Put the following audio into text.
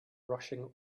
rushing